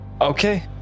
okay